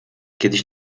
kiedyś